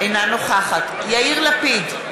אינה נוכחת יאיר לפיד,